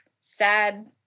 sad